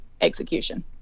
execution